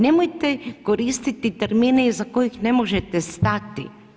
Nemojte koristiti termina iza kojih ne možete stati.